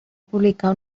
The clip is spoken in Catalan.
publicar